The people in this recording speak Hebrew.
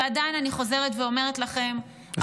ועדיין, אני חוזרת ואומרת לכם -- לסיום.